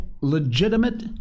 legitimate